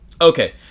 Okay